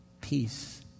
peace